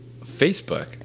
Facebook